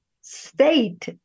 state